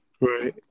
right